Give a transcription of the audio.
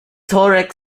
toilet